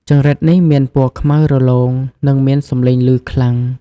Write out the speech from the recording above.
ចង្រិតនេះមានពណ៌ខ្មៅរលោង និងមានសម្លេងលឺខ្លាំង។